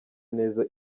neza